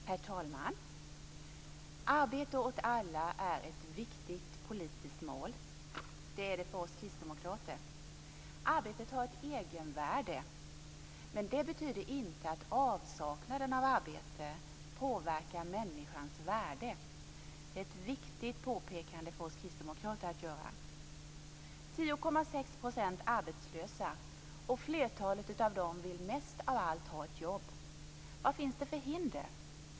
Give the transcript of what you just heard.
Herr talman! Arbete åt alla är ett viktigt politiskt mål för oss kristdemokrater. Arbetet har ett egenvärde, men det betyder inte att avsaknaden av arbete påverkar människans värde. Det är viktigt för oss kristdemokrater att göra det påpekandet. 10,6 % är arbetslösa - och flertalet av dem vill mest av allt ha ett jobb. Vad finns det för hinder?